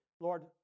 Lord